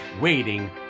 waiting